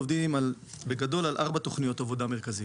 עובדים בגדול על ארבע תוכניות עבודה מרכזיות.